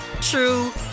true